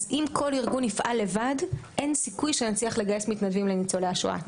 אם כל ארגון יפעל לבד אין סיכוי שנצליח לגייס מתנדבים לניצולי השואה.